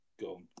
go